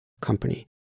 company